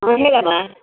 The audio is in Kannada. ಹಾಂ ಹೇಳಮ್ಮ